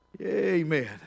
Amen